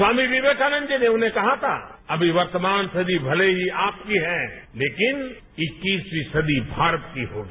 स्वामी विवेकानंद जी ने उन्हें कहा था अभी वर्तमान सदी भले ही आपकी है लेकिन इकीसवीं सदी भारत की होगी